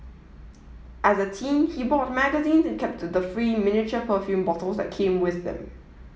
as a teen he bought magazines and kept the free miniature perfume bottles that came with them